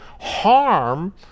harm